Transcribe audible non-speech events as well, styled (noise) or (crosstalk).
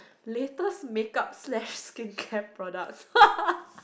latest make up slash skincare product (laughs)